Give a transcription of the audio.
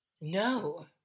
No